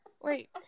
Wait